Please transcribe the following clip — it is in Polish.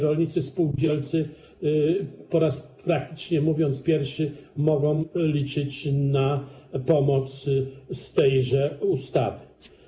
Rolnicy spółdzielcy, praktycznie po raz pierwszy, mogą liczyć na pomoc z tejże ustawy.